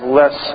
less